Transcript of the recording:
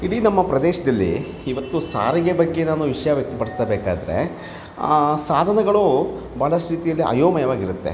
ಇಡೀ ನಮ್ಮ ಪ್ರದೇಶದಲ್ಲಿ ಇವತ್ತು ಸಾರಿಗೆ ಬಗ್ಗೆ ನಾನು ವಿಷಯ ವ್ಯಕ್ತಪಡಿಸಬೇಕಾದರೆ ಆ ಸಾಧನಗಳು ಭಾಳಷ್ಟು ಸ್ಥಿತಿಯಲ್ಲಿ ಅಯೋಮಯೋವಾಗಿರುತ್ತೆ